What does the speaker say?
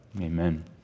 Amen